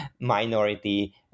minority